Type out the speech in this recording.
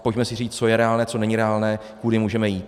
Pojďme si říct, co je reálné, co není reálné, kudy můžeme jít.